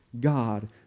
God